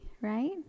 right